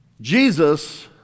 Jesus